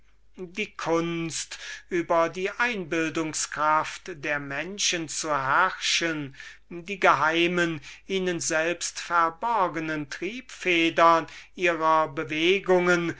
die kunst über die einbildungskraft der menschen zu herrschen die geheimen ihnen selbst verborgnen triebfedern ihrer bewegungen